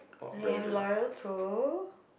I am loyal to